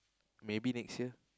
maybe next year